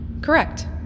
Correct